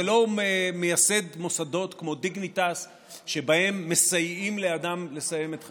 זה לא מייסד מוסדות כמו Dignitas שבהם מסייעים לאדם לסיים את חייו.